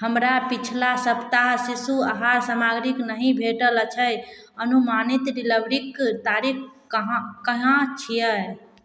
हमरा पिछला सप्ताह शिशु आहार सामग्री नहि भेटल अछि अनुमानित डिलीवरीक तारीख कहाँ कहाँ छियै